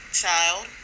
child